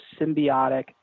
symbiotic